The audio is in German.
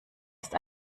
ist